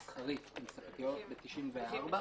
מסחרי, עם ספקיות, ב-94'.